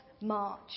march